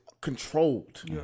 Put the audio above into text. controlled